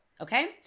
okay